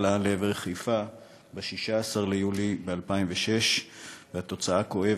למען ביטחון המדינה ותושביה ולבטא את ההערכה שהמדינה רוחשת